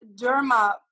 derma